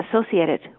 associated